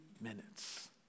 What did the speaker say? minutes